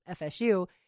FSU